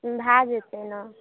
भय जेतै ने